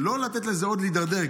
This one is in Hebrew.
לא לתת לזה להידרדר עוד,